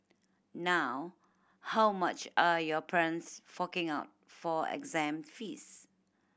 now how much are your parents forking out for exam fees